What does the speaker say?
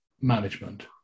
management